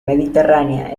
mediterránea